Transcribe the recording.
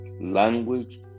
language